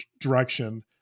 direction